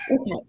Okay